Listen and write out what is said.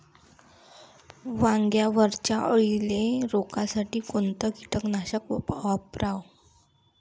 वांग्यावरच्या अळीले रोकासाठी कोनतं कीटकनाशक वापराव?